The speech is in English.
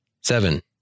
Seven